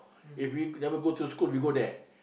if we never go to school we go there